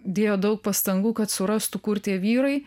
dėjo daug pastangų kad surastų kur tie vyrai